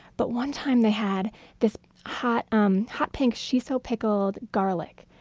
but one time they had this hot um hot pink, shiso, pickled garlic,